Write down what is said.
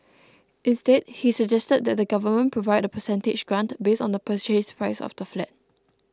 instead he suggested that the Government Provide a percentage grant based on the Purchase Price of the flat